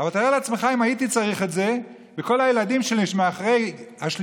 אבל תאר לעצמך אם הייתי צריך את זה וכל הילדים שלי אחרי השלישי,